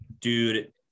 Dude